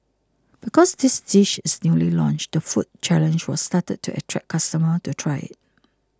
because this dish is newly launched the food challenge was started to attract customers to try it